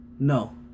No